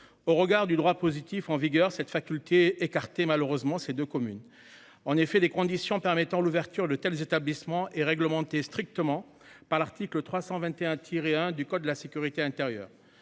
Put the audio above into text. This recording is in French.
au regard du droit positif en vigueur cette faculté écarté malheureusement ces deux communes en effet des conditions permettant l'ouverture de tels établissements et réglementer strictement par l'article 321 tirer 1 du code de la sécurité intérieure